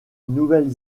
nouvelle